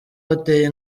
bateye